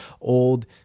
old